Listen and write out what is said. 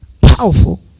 Powerful